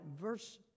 verse